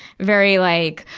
very, like,